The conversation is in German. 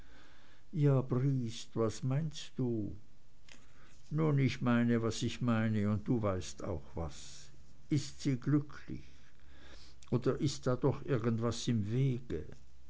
ja briest was meinst du nun ich meine was ich meine und du weißt auch was ist sie glücklich oder ist da doch irgendwas im wege